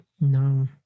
No